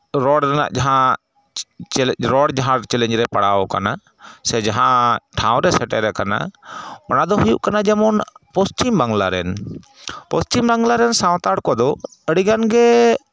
ᱨᱚᱲ ᱨᱮᱱᱟᱜ ᱡᱟᱦᱟᱸ ᱪᱮᱞᱮᱧ ᱨᱚᱲ ᱡᱟᱦᱟᱸ ᱪᱮᱞᱮᱧᱡᱽ ᱨᱮ ᱯᱟᱲᱟᱣ ᱠᱟᱱᱟ ᱥᱮ ᱡᱟᱦᱟᱸ ᱴᱷᱟᱶ ᱨᱮ ᱥᱮᱴᱮᱨ ᱠᱟᱱᱟ ᱚᱱᱟᱫᱚ ᱦᱩᱭᱩᱜ ᱠᱟᱱᱟ ᱡᱮᱢᱚᱱ ᱯᱚᱥᱪᱤᱢ ᱵᱟᱝᱞᱟ ᱨᱮᱱ ᱯᱚᱥᱪᱤᱢ ᱵᱟᱝᱞᱟ ᱨᱮᱱ ᱥᱟᱱᱛᱟᱲ ᱠᱚᱫᱚ ᱟᱹᱰᱤᱜᱟᱱ ᱜᱮ